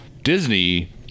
Disney